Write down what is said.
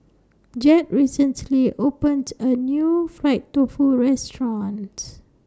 Jett recently opened A New Fried Tofu restaurants